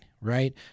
right